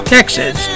Texas